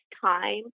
time